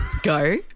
go